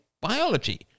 biology